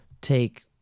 take